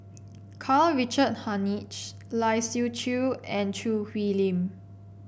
Karl Richard Hanitsch Lai Siu Chiu and Choo Hwee Lim